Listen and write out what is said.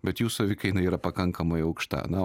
bet jų savikaina yra pakankamai aukšta na